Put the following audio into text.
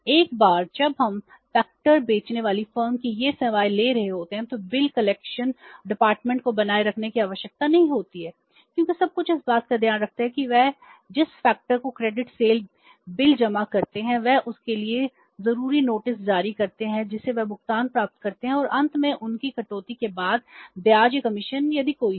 एक बार जब हम फैक्टर यदि कोई हो